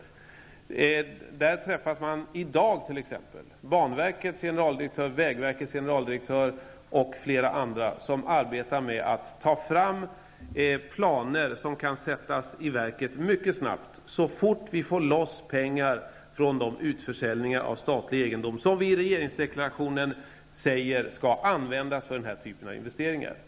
I dag träffas t.ex. banverkets generaldirektör, vägverkets generaldirektör och flera andra som arbetar med att ta fram planer som kan sättas i verket mycket snabbt då vi får loss pengar från de utförsäljningar av statlig egendom som vi i regeringsdeklarationen säger skall användas för den här typen av investeringar.